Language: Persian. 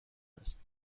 است